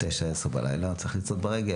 תשע-עשר בלילה, צריך לצעוד ברגל.